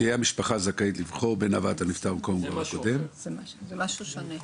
תהיה המשפחה זכאית לבחור בין הבאת הנפטר --- זה משהו שונה.